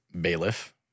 bailiff